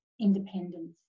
independence